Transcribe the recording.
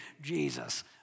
Jesus